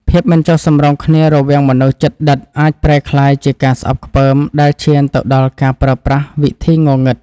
ភាពមិនចុះសម្រុងគ្នារវាងមនុស្សជិតដិតអាចប្រែក្លាយជាការស្អប់ខ្ពើមដែលឈានទៅដល់ការប្រើប្រាស់វិធីងងឹត។